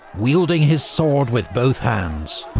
wielding his sword with both hands.